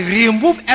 remove